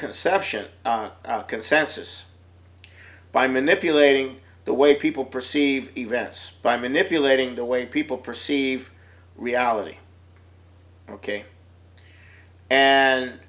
conception consensus by manipulating the way people perceive events by manipulating the way people perceive reality ok and